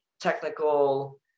technical